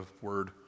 word